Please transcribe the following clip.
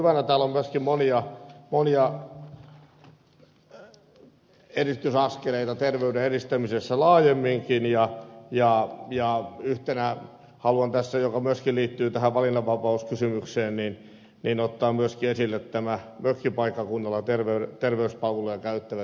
täällä on myöskin monia edistysaskeleita terveyden edistämisessä laajemminkin ja yhtenä haluan tässä myöskin liittyen tähän valinnanvapauskysymykseen ottaa esille nämä mökkipaikkakunnalla terveyspalveluja käyttävät